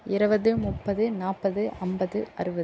இருவது முப்பது நாற்பது ஐம்பது அறுபது